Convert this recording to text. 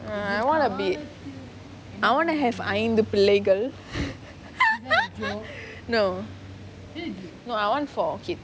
ya I want to be I want to have ஐந்து பிள்ளைகள்:ainthu pillaigal play girl no ya I want four kids